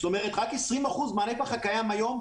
זאת אומרת רק 20% מהנפח הקיים היום,